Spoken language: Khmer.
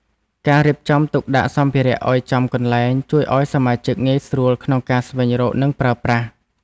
ការរៀបចំទុកដាក់សម្ភារៈឱ្យចំកន្លែងជួយឱ្យសមាជិកងាយស្រួលក្នុងការស្វែងរក និងប្រើប្រាស់។